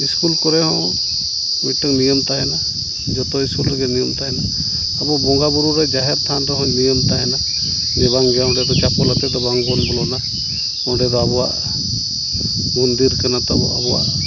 school ᱠᱚᱨᱮᱦᱚᱸ ᱢᱤᱫᱴᱟᱝ ᱱᱤᱭᱚᱢ ᱛᱟᱦᱮᱱᱟ ᱡᱚᱛᱚ ᱥᱠᱩᱞ ᱨᱮᱜᱮ ᱱᱤᱭᱚᱢ ᱛᱟᱦᱮᱱᱟ ᱟᱵᱚ ᱵᱚᱸᱜᱟᱵᱳᱨᱳᱨᱮ ᱡᱟᱦᱮᱨ ᱛᱷᱟᱱᱨᱮᱦᱚᱸ ᱱᱤᱭᱚᱢ ᱛᱟᱦᱮᱱᱟ ᱪᱮ ᱵᱟᱝᱜᱮ ᱚᱸᱰᱮᱫᱚ ᱪᱟᱯᱚᱞ ᱟᱛᱮᱫᱚ ᱵᱟᱝᱵᱚᱱ ᱵᱚᱞᱚᱱᱟ ᱚᱸᱰᱮᱫᱚ ᱟᱵᱚᱣᱟᱜ ᱢᱚᱱᱫᱤᱨ ᱠᱟᱱᱟᱛᱟᱵᱚ ᱟᱵᱚᱣᱟᱜ